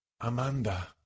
Amanda